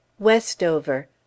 WESTOVER